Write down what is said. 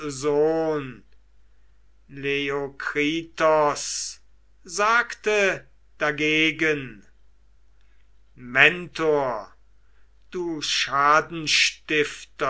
sohn leiokritos sagte dagegen mentor du